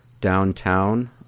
downtown